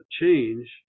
change